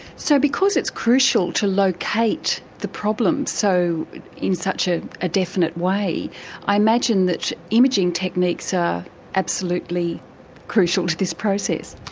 so because it's crucial to locate the problem so in such a definite way i imagine that imaging techniques are ah absolutely crucial to this process.